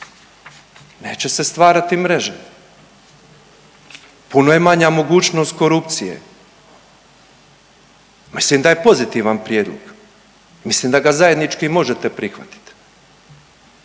Neće se stvarati mreže. Puno je manja mogućnost korupcije. Mislim da je pozitivan prijedlog, mislim da ga zajednički možete prihvatiti.